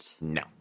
No